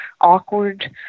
awkward